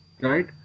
Right